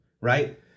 right